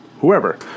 whoever